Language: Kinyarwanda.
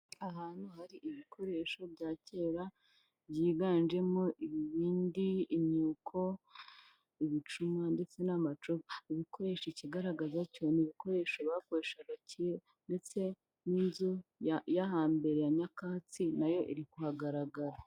Ahantu hari ibikoresho bya kera byiganjemo ibibindi, imyuko, ibicuma ndetse n'amacu, ibikoresho ikigaragaza cyo ni ibikoresho bakoreshaga cyera ndetse n'inzu yo hambere ya nyakatsi na yo iri kuhagaragara.